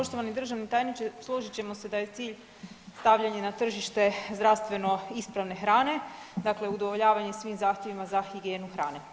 Poštovani državni tajniče, složit ćemo se da je cilj stavljanje na tržište zdravstveno ispravne hrane, dakle udovoljavanje svim zahtjevima za higijenu hrane.